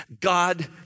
God